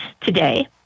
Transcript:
today